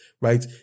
right